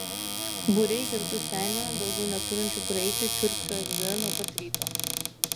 būriai girtų senių daugiau neturinčių kur eiti kiurksojo viduje nuo pat ryto